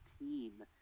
team